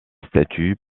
statues